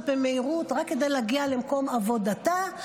במהירות רק כדי להגיע למקום עבודתה,